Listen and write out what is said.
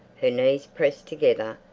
her knees pressed together,